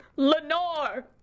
Lenore